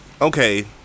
okay